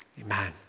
Amen